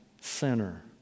sinner